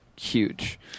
Huge